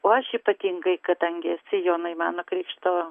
o aš ypatingai kadangi esi jonai mano krikšto